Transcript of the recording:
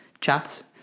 chats